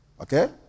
Okay